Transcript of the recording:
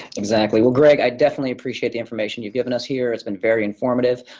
exactly. well, greg, i definitely appreciate the information you've given us here. it's been very informative.